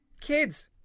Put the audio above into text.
Kids